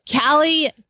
callie